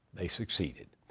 they succeeded.